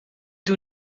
doe